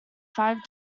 five